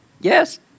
yes